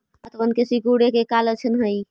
पत्तबन के सिकुड़े के का लक्षण हई?